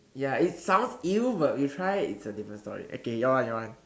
ya it sounds !eww! but you try it it's a different story okay your one your one